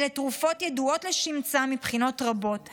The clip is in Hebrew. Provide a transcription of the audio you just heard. אלה תרופות ידועות לשמצה מבחינות רבות.